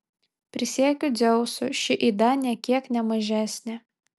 prisiekiu dzeusu ši yda nė kiek ne mažesnė